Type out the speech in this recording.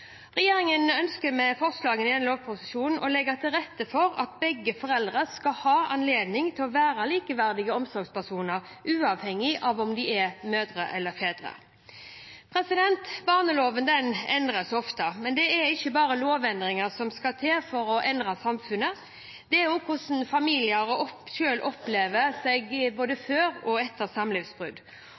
Regjeringen ønsker med forslagene i denne lovproposisjonen å legge til rette for at begge foreldrene skal ha anledning til å være likeverdige omsorgspersoner, uavhengig av om de er mødre eller fedre. Barneloven endres ofte. Men det er ikke bare lovendringer som skal til for å endre samfunnet, det er også hvordan familiene selv opptrer både før og etter samlivsbrudd.